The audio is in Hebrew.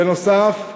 ב נוסף,